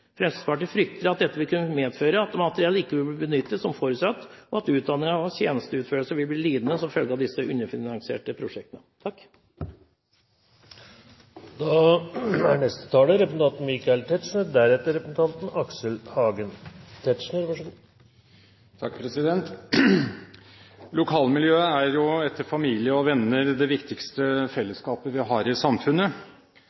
Fremskrittspartiet frykter at dette vil medføre at materiell ikke vil bli benyttet som forutsatt, og at utdanning og tjenesteutførelse vil bli lidende som følge av disse underfinansierte prosjektene. Lokalmiljøet er jo etter familie og venner det viktigste